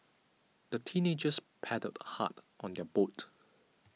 the teenagers paddled hard on their boat